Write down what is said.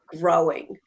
growing